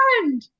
friend